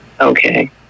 Okay